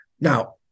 Now